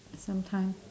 some time